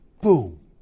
boom